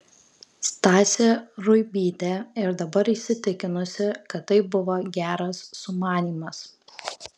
stasė ruibytė ir dabar įsitikinusi kad tai buvo geras sumanymas